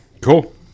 Cool